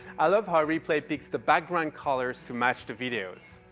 i love how replay picks the background colors to match the videos.